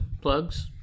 Plugs